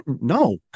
no